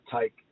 take